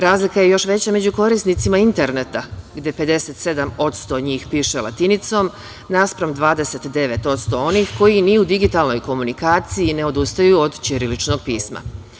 Razlika je još veća među korisnicima interneta gde 57% njih piše latinicom, naspram 29% onih koji ni u digitalnoj komunikaciji ne odustaju od ćiriličnog pisma.